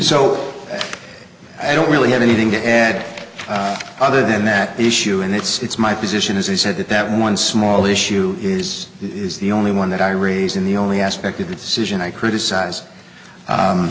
so i don't really have anything to add other than that issue and it's my position as he said that that one small issue is is the only one that i raised in the only aspect of the decision i criticize